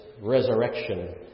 resurrection